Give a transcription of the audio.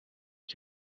ich